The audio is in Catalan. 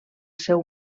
seu